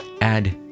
add